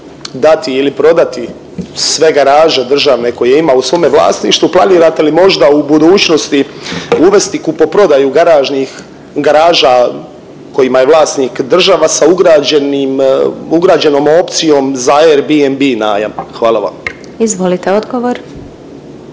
dati ili prodati sve garaže državne koje ima u svome vlasništvu planirate li možda u budućnosti uvesti kupoprodaju garažnih, garaža kojima je vlasnik država sa ugrađenim, ugrađenom opcijom za Airbnb najam? Hvala vam. **Glasovac,